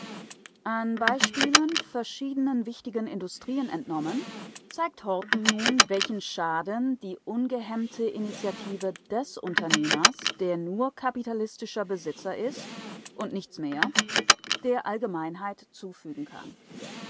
an beispielen verschiedenen wichtigen industrien entnommen zeigt horten nun welchen schaden die ungehemmte initiative des unternehmers der nur kapitalistischer besitzer ist und nichts mehr der allgemeinheit zufügen kann